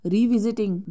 Revisiting